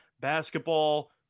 basketball